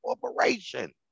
corporation